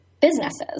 businesses